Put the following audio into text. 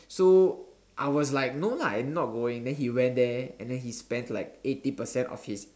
so I was like no lah I'm not going then he went there and then he spent like eighty percent of his